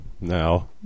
Now